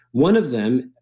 one of them,